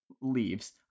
leaves